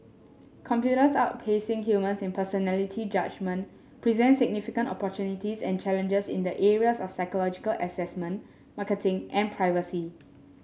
computers outpacing humans in personality judgement presents significant opportunities and challenges in the areas of psychological assessment marketing and privacy